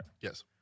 Yes